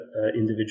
individual